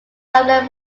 hamlet